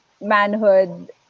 manhood